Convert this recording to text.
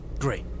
Great